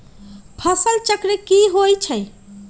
फसल चक्र की होई छै?